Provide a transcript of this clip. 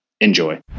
enjoy